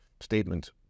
statement